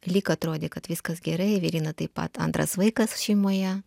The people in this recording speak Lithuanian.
lyg atrodė kad viskas gerai everina taip pat antras vaikas šeimoje